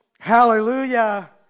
Hallelujah